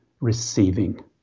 receiving